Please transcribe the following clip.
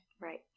Right